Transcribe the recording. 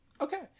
Okay